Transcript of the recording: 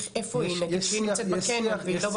אם היא נגיד שהיא נמצאת בקניון ולא בבית.